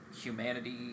humanity